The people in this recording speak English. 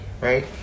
right